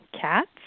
cats